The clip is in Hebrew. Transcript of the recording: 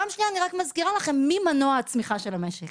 פעם שנייה אני רק מזכירה לכם מי מנוע הצמיחה של המשק: